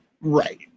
Right